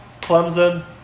Clemson